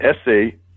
essay